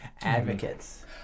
advocates